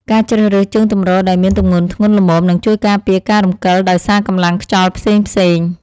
ការជ្រើសរើសជើងទម្រដែលមានទម្ងន់ធ្ងន់ល្មមនឹងជួយការពារការរំកិលដោយសារកម្លាំងខ្យល់ផ្សេងៗ។